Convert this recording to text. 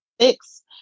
six